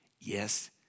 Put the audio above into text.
Yes